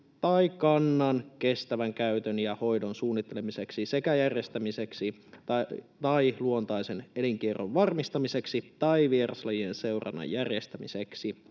tai kannan kestävän käytön ja hoidon suunnittelemiseksi sekä järjestämiseksi tai luontaisen elinkierron varmistamiseksi tai vieraslajien seurannan järjestämiseksi.